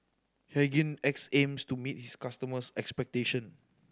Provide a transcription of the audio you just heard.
Hygin X aims to meet its customers' expectation